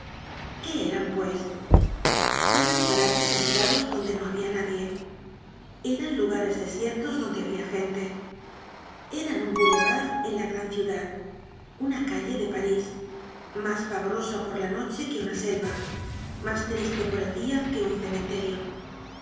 qué eran pues eran parajes habitados donde no habia nadie eran lugares desiertos donde habia gente eran un boulevard de la gran ciudad una calle de parís mas pavorosa por la noche que una selva mas triste por el dia que un cementerio